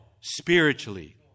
spiritually